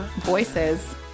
voices